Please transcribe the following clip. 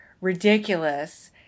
ridiculous